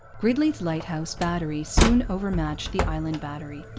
gridley's lighthouse battery soon over-matched the island battery,